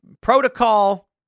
protocol